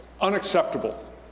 unacceptable